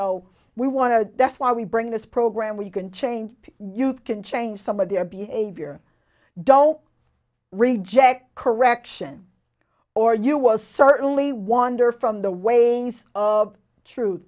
to that's why we bring this program we can change you can change some of their behavior don't reject correction or you was certainly wander from the ways of truth